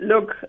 Look